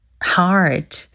hard